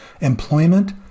employment